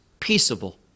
peaceable